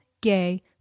gay